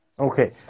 Okay